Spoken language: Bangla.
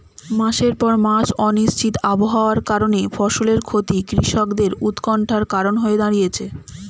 মাসের পর মাস অনিশ্চিত আবহাওয়ার কারণে ফসলের ক্ষতি কৃষকদের উৎকন্ঠার কারণ হয়ে দাঁড়িয়েছে